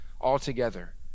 altogether